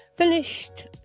Finished